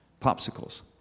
popsicles